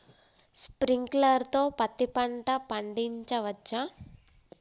Sprinkler తో పత్తి పంట పండించవచ్చా?